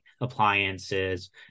appliances